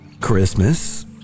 Christmas